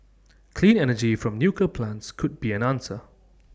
clean energy from nuclear plants could be an answer